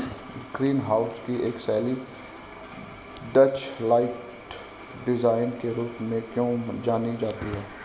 Green house की एक शैली डचलाइट डिजाइन के रूप में क्यों जानी जाती है?